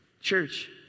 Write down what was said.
Church